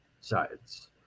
sides